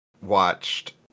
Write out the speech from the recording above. watched